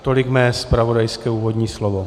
Tolik mé zpravodajské úvodní slovo.